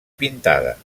pintada